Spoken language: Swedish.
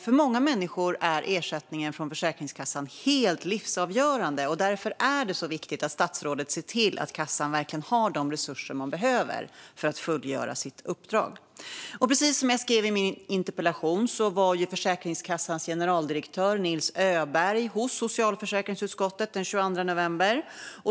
För många människor är ersättningen från Försäkringskassan helt livsavgörande. Därför är det så viktigt att statsrådet ser till att kassan verkligen har de resurser man behöver för att fullgöra sitt uppdrag. Precis som jag skrev i min interpellation var Försäkringskassans generaldirektör Nils Öberg hos socialförsäkringsutskottet den 22 november.